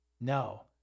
No